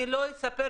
לא אנקוב